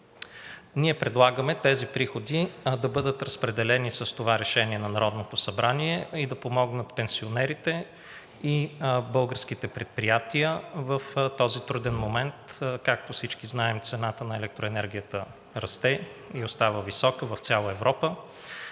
ние предлагаме тези приходи да бъдат разпределени и да помогнат на пенсионерите и българските предприятия в този труден момент. Както всички знаем, цената на електроенергията расте и остава висока в цяла Европа